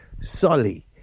Solly